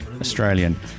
Australian